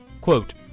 quote